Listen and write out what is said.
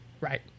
Right